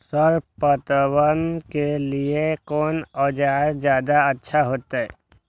Sir पटवन के लीऐ कोन औजार ज्यादा अच्छा होते?